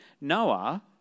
Noah